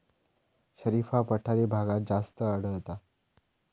शरीफा पठारी भागात जास्त आढळता